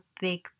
big